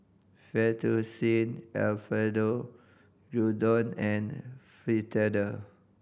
Fettuccine Alfredo Gyudon and Fritada